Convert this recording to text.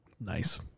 Nice